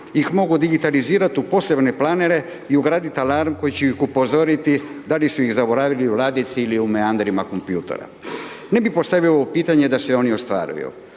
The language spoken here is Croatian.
ih mogu digitalizirat u posebne planere i ugradit alarm koji će ih upozoriti da li su ih zaboravili u ladici ili u meandrima kompjutera. Ne bi postavio ovo pitanje da se oni ostvaruju.